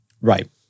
Right